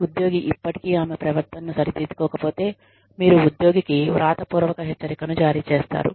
ఉద్యోగి ఇప్పటికీ ఆమె ప్రవర్తనను సరిదిద్దుకోకపోతే మీరు ఉద్యోగికి వ్రాతపూర్వక హెచ్చరికను జారీ చేస్తారు